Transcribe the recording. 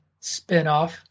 spinoff